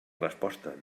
resposta